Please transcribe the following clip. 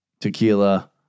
tequila